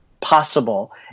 possible